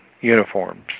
uniforms